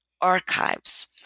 archives